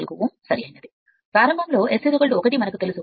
44 ohm సరైనది ప్రారంభంలో S 1 మనకు తెలుసు